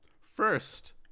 First